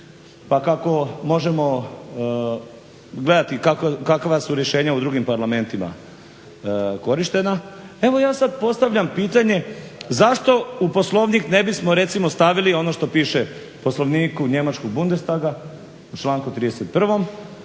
pa kako možemo gledati kakva su rješenja u drugim parlamentima korištena, evo ja sada postavljam pitanje, zašto u Poslovnik ne bismo recimo stavili ono što piše u poslovniku njemačkog Bundestaga u članku 31.